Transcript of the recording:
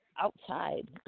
outside